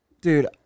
Dude